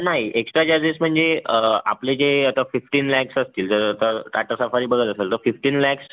नाही extra charges म्हणजे आपले जे आता फिफ्टीन लॅख्स असतील जर असं टाटा सफारी बघत असाल तर फिफ्टीन लॅख्स